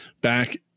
back